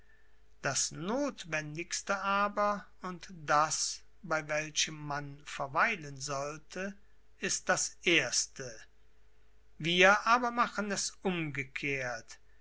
das nothwendigste aber und das bei welchem man verweilen sollte ist das erste wir aber machen es umgekehrt